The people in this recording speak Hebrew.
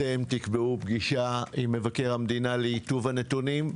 אתם תקבעו פגישה עם מבקר המדינה לטיוב הנתונים,